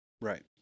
Right